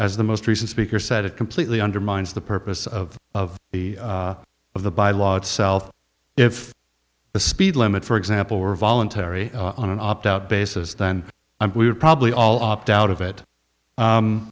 as the most recent speaker said it completely undermines the purpose of of the of the by law itself if the speed limit for example were voluntary on an opt out basis then i would probably all opt out of it